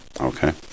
Okay